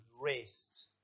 rest